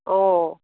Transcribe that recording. অঁ